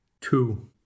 two